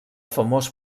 famós